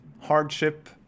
hardship